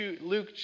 Luke